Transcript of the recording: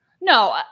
no